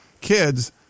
kids